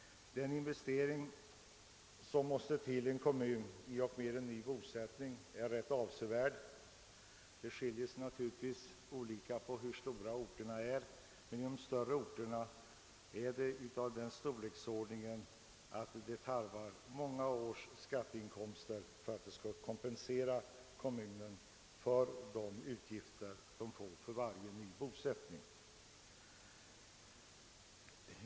Den investering som måste till i en kommun i samband med ny bosättning är rätt avsevärd. Det skiljer sig naturligtvis från den ena kommunen till den andra, beroende på hur stora orterna är, men inom de större orterna är sådana investeringar av den storleksordningen att det tarvas många års skatteinkomster för att kommunerna skall kunna kompenseras för sina utgifter i samband med varje ny bosättning.